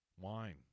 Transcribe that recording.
wine